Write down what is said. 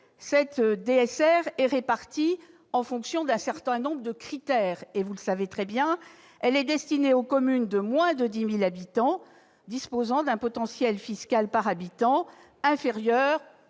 Elle est répartie en fonction d'un certain nombre de critères. Elle est destinée aux communes de moins de 10 000 habitants disposant d'un potentiel fiscal par habitant inférieur